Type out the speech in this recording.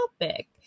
topic